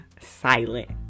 silent